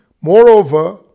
Moreover